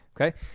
okay